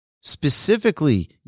specifically